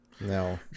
No